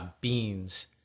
beans